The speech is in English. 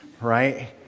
right